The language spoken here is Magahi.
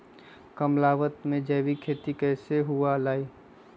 कम लागत में जैविक खेती कैसे हुआ लाई?